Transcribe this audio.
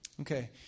Okay